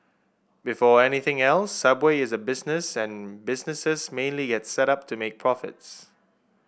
before anything else subway is a business and businesses mainly get set up to make profits